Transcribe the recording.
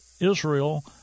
Israel